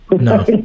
no